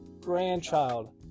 grandchild